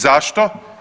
Zašto?